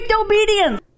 obedience